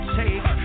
take